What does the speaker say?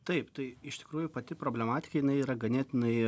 taip tai iš tikrųjų pati problematika jinai yra ganėtinai